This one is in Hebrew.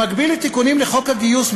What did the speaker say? במקביל לתיקונים לחוק הגיוס,